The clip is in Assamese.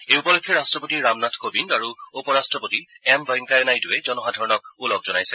এই উপলক্ষে ৰাষ্ট্ৰপতি ৰামনাথ কোবিন্দ আৰু উপ ৰাষ্ট্ৰপতি এম ভেংকায়া নাইডুয়ে জনসাধাৰণক ওলগ জনাইছে